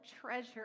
treasure